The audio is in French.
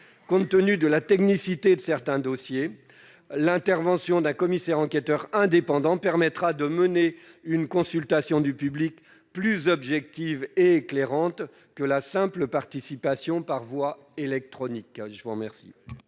Compte tenu de la technicité de certains dossiers, l'intervention d'un commissaire enquêteur indépendant permettra de mener une consultation du public qui soit plus objective et éclairante que la simple participation par voie électronique.